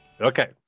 okay